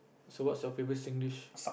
so what's your favourite Singlish